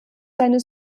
seine